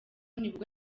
nibwo